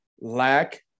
lack